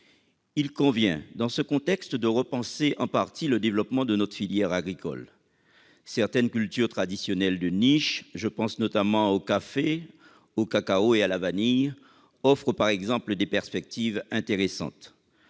Il convient, dans ce contexte, de repenser en partie le développement de notre filière agricole. Certaines cultures traditionnelles de niche- je pense notamment au café, au cacao et à la vanille -offrent, par exemple, des perspectives intéressantes.